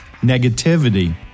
negativity